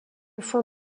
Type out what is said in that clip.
fond